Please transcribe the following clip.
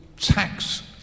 tax